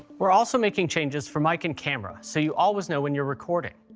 we're also making changes for mic and camera so you always know when you're recording.